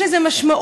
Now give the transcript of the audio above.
יש לזה משמעות.